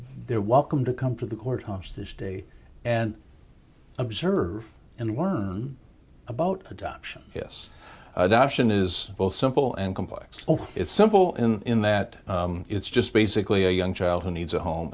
they're welcome to come to the courthouse this day and observe and learn about adoption yes adoption is both simple and complex it's simple in that it's just basically a young child who needs a home